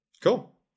Cool